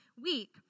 week